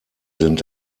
sind